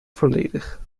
volledig